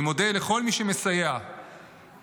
אני מודה לכל מי שמסייע בדחיפה,